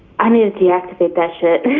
i'm gonna deactivate that shit.